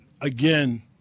again